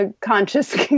conscious